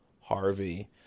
Harvey